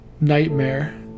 nightmare